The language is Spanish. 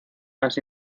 así